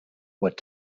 what